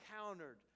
encountered